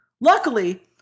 Luckily